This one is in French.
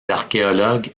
archéologues